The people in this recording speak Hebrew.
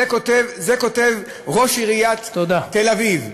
את זה כותב ראש עיריית תל-אביב.